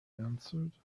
answered